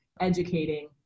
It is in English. educating